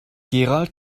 gerald